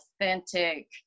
authentic